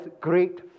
great